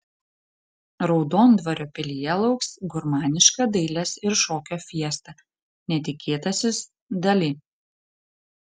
raudondvario pilyje lauks gurmaniška dailės ir šokio fiesta netikėtasis dali